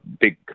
big